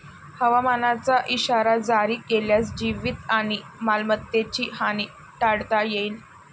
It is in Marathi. हवामानाचा इशारा जारी केल्यास जीवित आणि मालमत्तेची हानी टाळता येईल